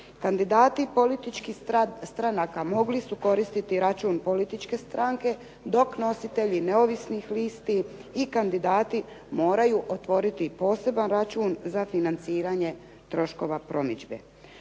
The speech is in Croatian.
Kandidati političkih stranaka mogli su koristiti račun političke stranke, dok nositelji neovisnih listi i kandidati moraju otvoriti poseban račun za financiranje troškova promidžbe.